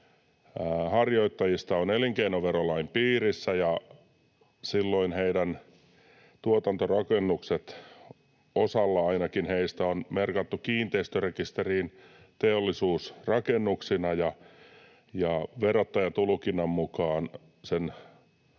harjoittajista on elinkeinoverolain piirissä ja silloin heidän tuotantorakennuksensa, ainakin osan heistä, on merkattu kiinteistörekisteriin teollisuusrakennuksina ja verottajan tulkinnan mukaan sen